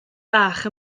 bach